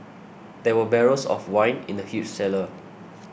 there were barrels of wine in the huge cellar